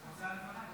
בבקשה.